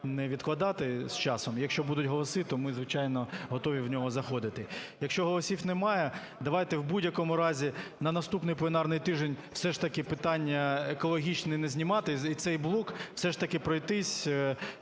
не відкладати з часом. Якщо будуть голоси, то ми, звичайно, готові в нього заходити, якщо голосів нема, давайте в будь-якому разі на наступний пленарний тиждень все ж таки питання екологічні не знімати і цей блок все ж таки пройтись